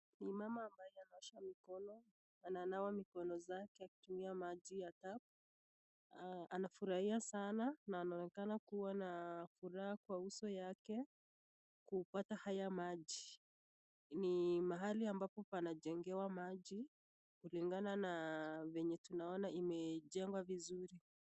Ni mama ambaye anaosha mikono. Ana anawa mikono zake akitumia maji ya tap. Anafurahia sana na anaonekana kuwa na furaha kwa uso yake kupata haya maji. Ni mahali ambapo panajengewa maji kulingana na venye tunaona imejengwa vizuri.